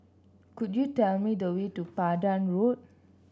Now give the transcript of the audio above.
could you tell me the way to Pandan Road